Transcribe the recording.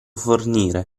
fornire